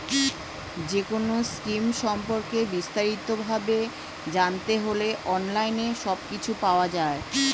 যেকোনো স্কিম সম্পর্কে বিস্তারিত ভাবে জানতে হলে অনলাইনে সবকিছু পাওয়া যায়